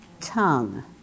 tongue